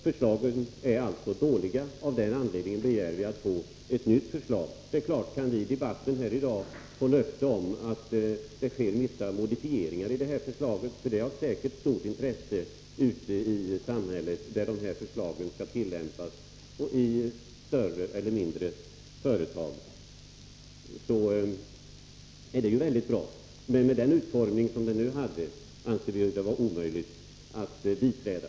Förslagen är alltså dåliga och av den anledningen begär vi att få ett nytt förslag. Om vi i dagens debatt kan få löfte om modifieringar i förslaget, är det naturligtvis bra. Det är också säkert av intresse ute i samhället och i större eller mindre företag, där förslaget skall tillämpas. Med den utformning som förslaget nu har anser vi emellertid att det är omöjligt att biträda.